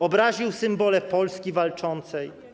Obraził symbole Polski Walczącej.